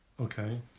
Okay